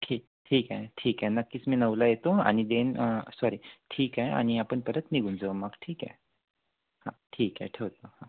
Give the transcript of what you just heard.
ठीक ठीक आहे ठीक आहे नक्कीच मी नऊला येतो आणि देन सॉरी ठीक आहे आणि आपण परत निघून जाऊ मग ठीक आहे हां ठीक आहे ठेवतो हां